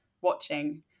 watching